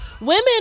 Women